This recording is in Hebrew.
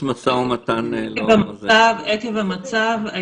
עקב המצב,